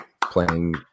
playing